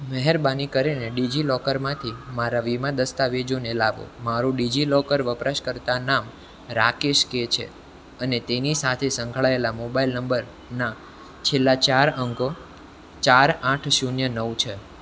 મહેરબાની કરીને ડિજિલોકરમાંથી મારા વીમા દસ્તાવેજોને લાવો મારું ડિજિલોકર વપરાશકર્તા નામ રાકેશ કે છે અને તેની સાથે સંકળાયેલા મોબાઇલ નંબરના છેલ્લા ચાર અંકો ચાર આઠ શૂન્ય નવ છે